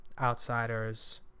Outsiders